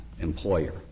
employer